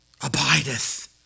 abideth